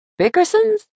Bickersons